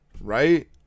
right